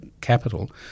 capital